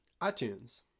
iTunes